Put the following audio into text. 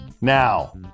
now